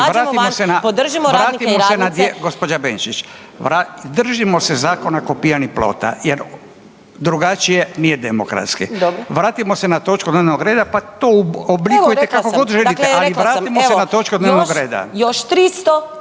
izađimo van podržimo radnike i radnice … **Radin, Furio (Nezavisni)** Gospođa Benčić, držimo se zakona ko pijani plota jer drugačije nije demokratski …/Upadica: Dobro./… vratimo se na točku dnevnog reda pa to oblikujte kako god želite, ali vratimo se na točku dnevnog reda. **Benčić,